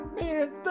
Man